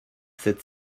cette